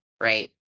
right